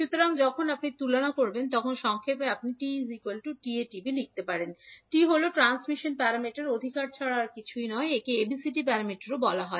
সুতরাং যখন আপনি তুলনা সংক্ষেপে আপনি এটি লিখতে পারেন 𝐓 𝐓𝒂𝐓𝒃 T হল ট্রান্সমিশন প্যারামিটার অধিকার ছাড়া আর কিছুই নয় একে ABCD প্যারামিটারও বলা হয়